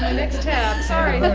ah next tab. sorry.